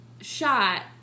shot